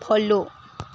follow